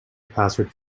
password